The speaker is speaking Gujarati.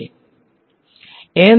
Student is not is normal